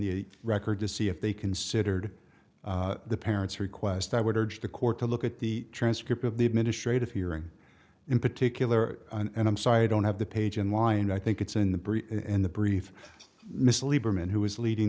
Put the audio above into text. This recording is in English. the record to see if they considered the parents request i would urge the court to look at the transcript of the administrative hearing in particular and i'm sorry i don't have the page in mind i think it's in the breach in the brief miss lieberman who is leading